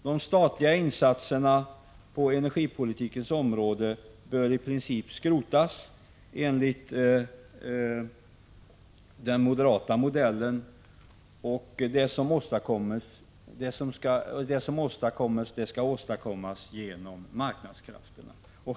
De statliga insatserna på energipolitikens område bör i princip skrotas, enligt den moderata modellen. Det som görs skall åstadkommas genom marknadskrafterna.